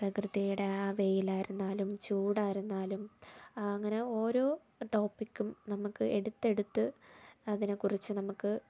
പ്രകൃതിടെ ആ വെയിലായിരുന്നാലും ചൂടായിരുന്നാലും അങ്ങനെ ഓരോ ടോപ്പിക്കും നമുക്ക് എടുത്തെടുത്ത് അതിനെക്കുറിച്ച് നമുക്ക്